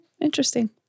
interesting